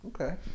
okay